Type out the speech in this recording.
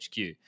HQ